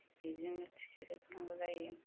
बिदिनो थिखोजोबनांगौ जायो